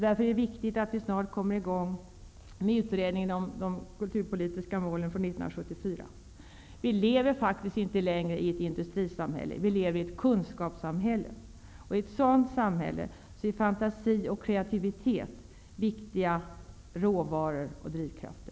Därför är det viktigt att vi snart kommer i gång med utredningen om de kulturpolitiska målen från 1974. Vi lever faktiskt inte längre i ett industrisamhälle. Vi lever i ett kunskapssamhälle, och i ett sådant samhälle blir fantasi och kreativitet viktiga råvaror och drivkrafter.